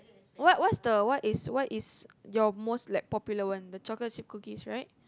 what what's the what is what is your most like popular one the chocolate chips cookies right